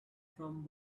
from